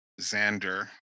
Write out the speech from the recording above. xander